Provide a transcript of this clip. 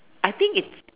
I think it's